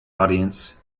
audience